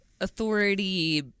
authority